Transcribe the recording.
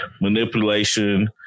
manipulation